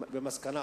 במסקנה,